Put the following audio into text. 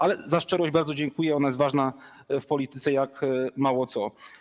Ale za szczerość bardzo dziękuję, ona jest ważna w polityce jak mało co.